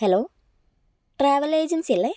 hello travel agency അല്ലേ